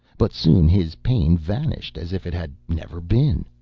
but soon his pain vanished as if it had never been.